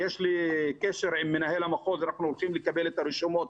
ויש לי קשר עם מנהל המחוז ואנחנו הולכים לקבל את הרשימות.